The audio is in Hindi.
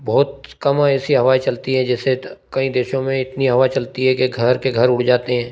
बहुत कम ऐसी हवाएँ चलती हैं जैसे कई देशों में इतनी हवा चलती है कि घर के घर उड़ जाते हैं